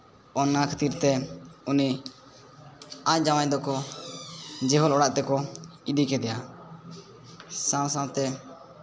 ᱚᱱᱟ ᱠᱷᱟᱹᱛᱤᱨ ᱛᱮ ᱩᱱᱤ ᱟᱡ ᱡᱟᱶᱟᱭ ᱫᱚᱠᱚ ᱡᱤᱦᱳᱞ ᱚᱲᱟᱜ ᱛᱮᱠᱚ ᱤᱫᱤ ᱠᱚᱫᱚᱭᱟ ᱥᱟᱶ ᱥᱟᱶᱛᱮ